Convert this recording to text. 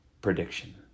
prediction